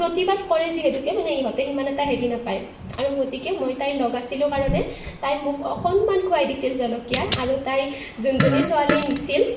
প্ৰতিবাদ কৰে যিহেতুকে মানে ইহঁতে সিমান এটা হেৰি নাপায় আৰু গতিকে মই তাইৰ লগ আছিলো কাৰণে তাই মোক অকণমান খুৱাই দিছিল জলকীয়া আৰু তাই যোনজনী ছোৱালীয়ে নিছিল